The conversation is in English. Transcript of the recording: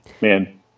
man